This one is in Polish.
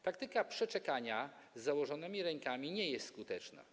Praktyka przeczekania z założonymi rękami nie jest skuteczna.